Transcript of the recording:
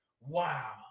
Wow